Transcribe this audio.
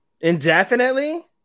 Indefinitely